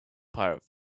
pirate